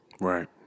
Right